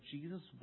Jesus